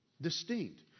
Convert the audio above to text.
distinct